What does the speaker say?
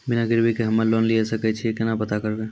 बिना गिरवी के हम्मय लोन लिये सके छियै केना पता करबै?